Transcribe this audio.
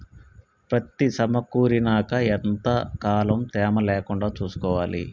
పత్తి సమకూరినాక ఎంత కాలం తేమ లేకుండా చూసుకోవాలి?